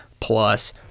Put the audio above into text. Plus